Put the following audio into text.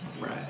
Right